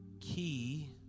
key